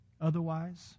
Otherwise